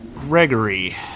Gregory